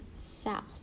south